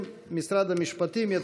לוועדה הזמנית לענייני כספים נתקבלה.